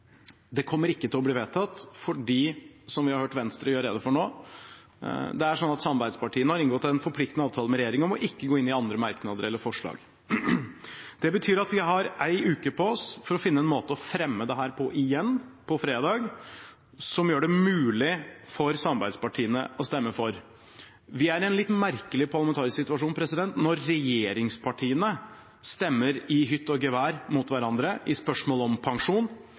Det kommer ikke til å bli vedtatt, fordi – som vi har hørt Venstre gjøre rede for nå – det er sånn at samarbeidspartiene har inngått en forpliktende avtale med regjeringen om ikke å gå inn i andre merknader eller forslag. Det betyr at vi har en uke på oss for å finne en måte å fremme dette på igjen – på fredag – som gjør det mulig for samarbeidspartiene å stemme for. Vi er i en litt merkelig parlamentarisk situasjon når regjeringspartiene stemmer i «hytt og gevær» mot hverandre i spørsmål om pensjon,